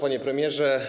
Panie Premierze!